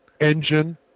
engine